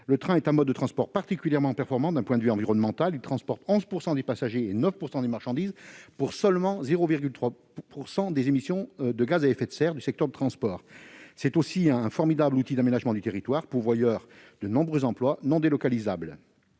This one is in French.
le train est un mode de transport particulièrement performant d'un point de vue environnemental : il transporte 11 % de l'ensemble des passagers et 9 % des marchandises, mais il n'est responsable que de 0,3 % des émissions de gaz à effet de serre du secteur des transports. Il s'agit aussi d'un formidable outil d'aménagement du territoire, pourvoyeur de nombreux emplois non délocalisables.